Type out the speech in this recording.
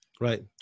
Right